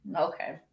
okay